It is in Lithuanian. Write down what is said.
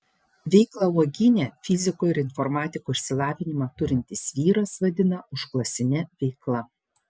veiklą uogyne fiziko ir informatiko išsilavinimą turintis vyras vadina užklasine veikla